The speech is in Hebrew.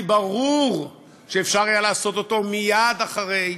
כי ברור שאפשר היה לעשות אותו מייד אחרי.